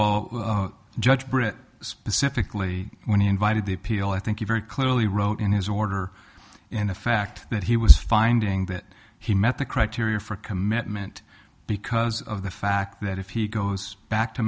all judge britt specifically when he invited the appeal i think you very clearly wrote in his order and the fact that he was finding that he met the criteria for commitment because of the fact that if he goes back to